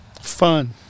Fun